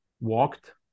walked